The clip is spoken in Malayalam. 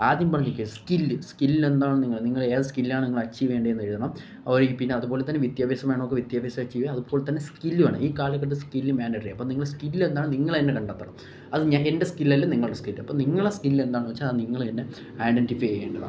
ആദ്യം പറഞ്ഞ ഈ കേസ് സ്കില് സ്കില്ലെന്താണെന്ന് നിങ്ങള് നിങ്ങളേത് സ്കിലാണ് നിങ്ങളച്ചീവ് ചെയ്യേണ്ടതെന്നെഴുതണം അതുപോലെ പിന്നതുപോലെ തന്നെ വിദ്യാഭ്യാസം വേണോർക്ക് വിദ്യാഭ്യാസം അച്ചീവ് ചെയ്യാം അതുപോലെതന്നെ സ്കില് വേണം ഈ കാലഘട്ടത്തില് സ്കില്ലും മാന്റേറ്ററിയാണ് അപ്പോള് നിങ്ങളുടെ സ്കില്ലെന്താണെന്ന് നിങ്ങള് തന്നെ കണ്ടെത്തണം അതും എന്റെ സ്കില്ലല്ല നിങ്ങളുടെ സ്കില് അപ്പോള് നിങ്ങളെ സ്കില്ലെന്താണെന്നുവെച്ചാല് അത് നിങ്ങള് തന്നെ ഐഡൻറ്റിഫൈ ചെയ്യേണ്ടതാണ്